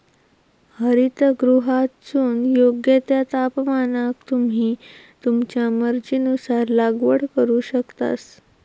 हरितगृहातसून योग्य त्या तापमानाक तुम्ही तुमच्या मर्जीनुसार लागवड करू शकतास